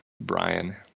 Brian